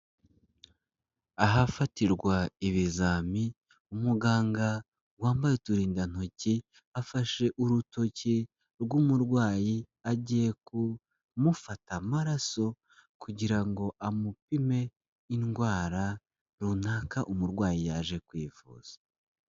Ahafatirwa ibizami umuganga wambaye uturindantoki afashe urutoki rw'umurwayi agiye kumufata amaraso, kugira ngo amupime indwara runaka umurwayi yaje kwivuza.